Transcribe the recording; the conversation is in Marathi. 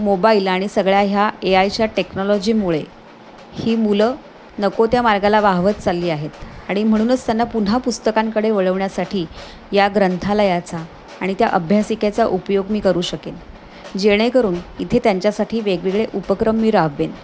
मोबाईल आणि सगळ्या ह्या ए आयच्या टेक्नॉलॉजीमुळे ही मुलं नकोत्या मार्गाला वाहवत चालली आहेत आणि म्हणूनच त्यांना पुन्हा पुस्तकांकडे वळवण्यासाठी या ग्रंथालयाचा आणि त्या अभ्यासिकेचा उपयोग मी करू शकेन जेणेकरून इथे त्यांच्यासाठी वेगवेगळे उपक्रम मी राबवेन